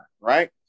right